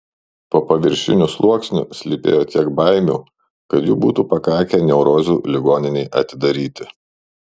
po paviršiniu sluoksniu slypėjo tiek baimių kad jų būtų pakakę neurozių ligoninei atidaryti